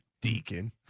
Deacon